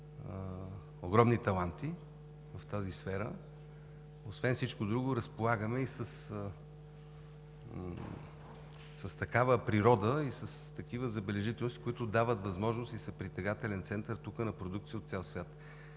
огромни таланти и в тази сфера. Освен всичко друго, разполагаме и с такава природа и такива забележителности, които дават възможност и са притегателен център тук на продукции от цял свят